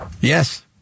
Yes